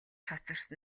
хоцорсон